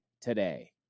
today